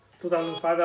2005